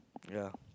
ya